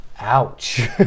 Ouch